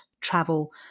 travel